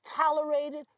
tolerated